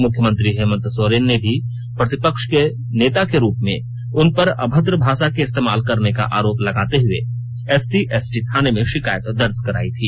मुख्यमंत्री हेमंत सोरेन ने भी प्रतिपक्ष के नेता के रूप में उन पर अभद्र भाषा इस्तेमाल करने का आरोप लगाते हुए एससी एसटी थाने में शिकायत दर्ज करायी थी